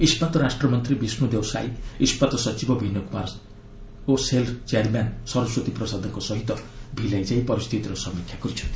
ଇସ୍କାତ ରାଷ୍ଟ୍ରମନ୍ତ୍ରୀ ବିଷ୍ଣୁଦେଓ ସାଇ' ଇସ୍କାତ୍ ସଚିବ ବିନୟ କୁମାର ଓ ସେଲ୍ ଚେୟାର୍ମ୍ୟାନ୍ ସରସ୍ୱତୀ ପ୍ରସାଦଙ୍କ ସହ ଭିଲାଇ ଯାଇ ପରିସ୍ଥିତିର ସମୀକ୍ଷା କରିଛନ୍ତି